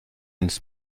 ins